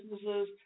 businesses